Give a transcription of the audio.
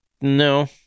No